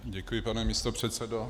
Děkuji, pane místopředsedo.